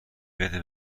بده